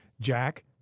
Jack